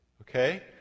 okay